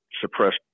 suppressed